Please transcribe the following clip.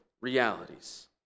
realities